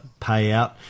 payout